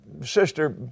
sister